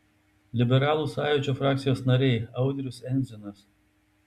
liberalų sąjūdžio frakcijos nariai audrius endzinas